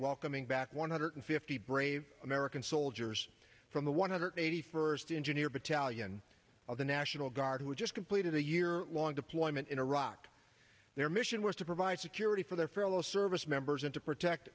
welcoming back one hundred fifty brave american soldiers from the one hundred eighty first engineer battalion of the national guard who had just completed a year long deployment in iraq their mission was to provide security for their fellow service members and to protect